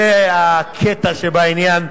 זה הקטע שבעניין,